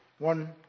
One